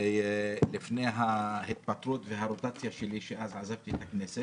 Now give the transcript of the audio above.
לפני ההתפטרות והרוטציה שלי שאז עזבתי את הכנסת.